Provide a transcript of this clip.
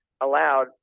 allowed